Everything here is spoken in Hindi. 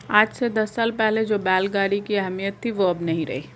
आज से दस साल पहले जो बैल गाड़ी की अहमियत थी वो अब नही रही